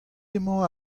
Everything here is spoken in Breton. emañ